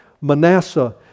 Manasseh